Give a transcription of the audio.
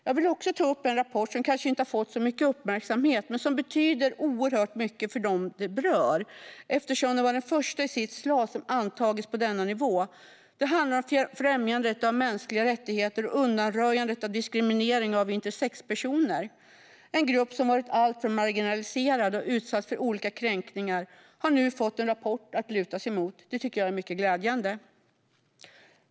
Jag vill också ta upp en rapport som kanske inte har fått så mycket uppmärksamhet men som betyder oerhört mycket för dem den berör eftersom den är den första i sitt slag som antagits på denna nivå. Det handlar om främjandet av mänskliga rättigheter och undanröjandet av diskriminering av intersexpersoner. En grupp som varit alltför marginaliserad och utsatt för olika kränkningar har nu fått en rapport att luta sig mot. Det tycker jag är mycket glädjande.